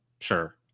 sure